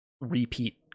repeat